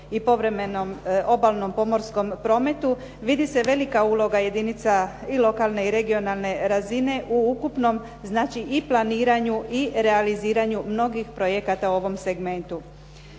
i povremenom obalnom pomorskom prometu vidi se velika uloga jedinica i lokalne i regionalne razine u ukupnom znači i planiranju i realiziranju mnogih projekata u ovom segmentu.